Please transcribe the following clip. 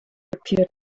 appeared